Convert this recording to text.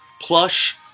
Plush